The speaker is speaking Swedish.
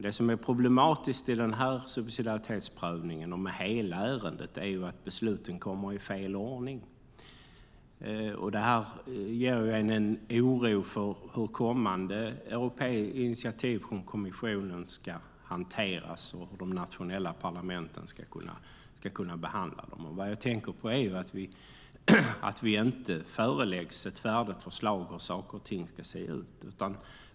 Det som är problematiskt med subsidiaritetsprövningen och med hela ärendet är att besluten kommer i fel ordning. Det ger en oro för hur kommande initiativ från kommissionen ska hanteras och hur de nationella parlamenten ska kunna behandla dem. Vad jag tänker på är att vi inte föreläggs ett färdigt förslag om hur saker och ting ska se ut.